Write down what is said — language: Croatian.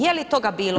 Je li toga bilo?